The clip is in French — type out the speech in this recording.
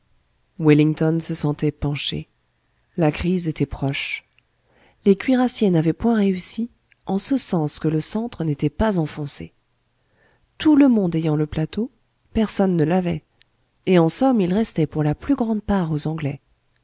wellington se sentait pencher la crise était proche les cuirassiers n'avaient point réussi en ce sens que le centre n'était pas enfoncé tout le monde ayant le plateau personne ne l'avait et en somme il restait pour la plus grande part aux anglais